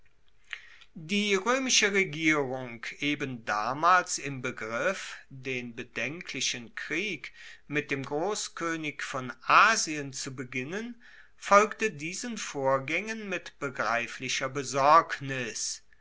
die roemische regierung eben damals im begriff den bedenklichen krieg mit dem grosskoenig von asien zu beginnen folgte diesen vorgaengen mit begreiflicher besorgnis